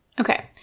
Okay